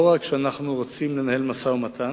לא רק שאנחנו רוצים לנהל משא-ומתן,